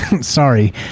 Sorry